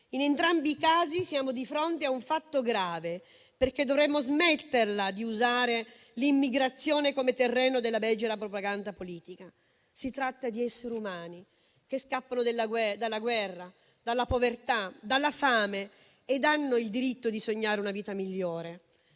In entrambi i casi, siamo di fronte a un fatto grave, perché dovremmo smetterla di usare l'immigrazione come terreno di una becera propaganda politica. Si tratta di esseri umani che scappano della guerra, dalla povertà e dalla fame e hanno il diritto di sognare una vita migliore.